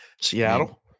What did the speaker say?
Seattle